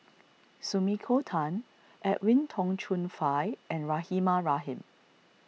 Sumiko Tan Edwin Tong Chun Fai and Rahimah Rahim